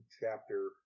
chapter